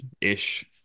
ish